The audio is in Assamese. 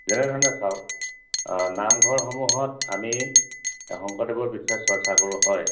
যেনেধৰণে চাওক নামঘৰসমূহত আমি শংকৰদেৱৰ বিষয়ে চৰ্চা কৰোঁ হয়